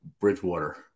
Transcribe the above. Bridgewater